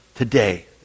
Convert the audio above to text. Today